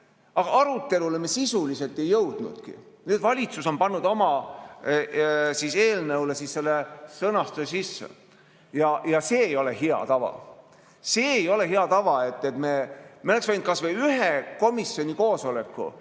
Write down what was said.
Aga aruteluni me sisuliselt ei jõudnudki. Nüüd valitsus on pannud oma eelnõusse selle sõnastuse sisse. See ei ole hea tava. See ei ole hea tava, et me ... Me oleks võinud kas või ühe komisjoni koosoleku